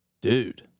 Dude